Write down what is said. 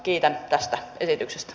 kiitän tästä esityksestä